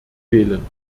wählen